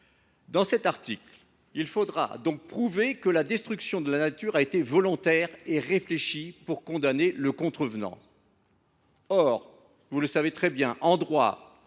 de cet article, il faudra désormais prouver que la destruction de la nature a été volontaire et réfléchie pour condamner le contrevenant. Or, vous le savez très bien, mes chers